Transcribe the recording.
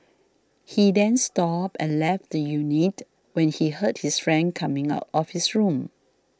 he then stopped and left the unit when he heard his friend coming out of his room